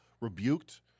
rebuked